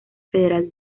federal